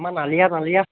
আমাৰ নালিয়া নালিয়া